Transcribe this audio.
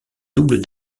double